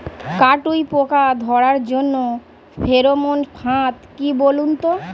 কাটুই পোকা ধরার জন্য ফেরোমন ফাদ কি বলুন তো?